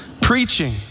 Preaching